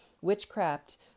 witchcraft